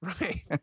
Right